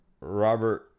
Robert